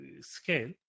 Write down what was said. scale